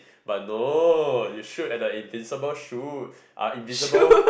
but no you shoot at the invincible shoe uh invisible